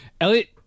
Elliot